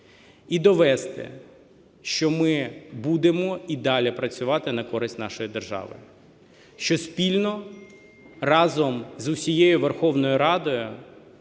і довести, що ми будемо і далі працювати на користь нашої держави, що спільно, разом з усією Верховною Радою